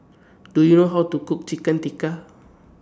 Do YOU know How to Cook Chicken Tikka